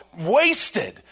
wasted